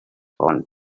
found